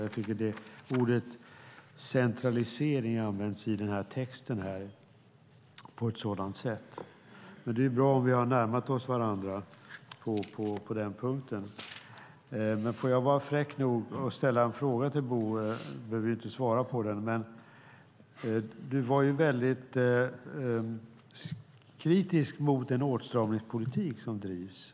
Jag tycker att ordet centralisering används i texten på ett sådant sätt. Men det är ju bra om vi har närmat oss varandra på den punkten. Jag skulle vilja vara fräck nog att ställa en fråga till dig, Bo. Du behöver inte svara på den. Men du var ju väldigt kritisk mot den åtstramningspolitik som drivs.